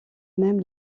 même